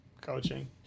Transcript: coaching